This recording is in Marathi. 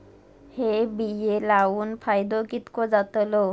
हे बिये लाऊन फायदो कितको जातलो?